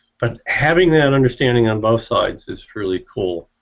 but having that understanding on both sides is really cool.